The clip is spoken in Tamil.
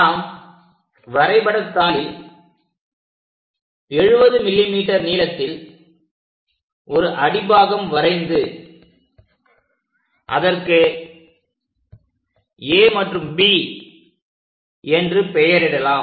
நாம் வரைபடத்தாளில் 70 mm நீளத்தில் ஒரு அடிப்பாகம் வரைந்து அதற்கு A மற்றும் B என்று பெயரிடலாம்